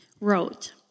wrote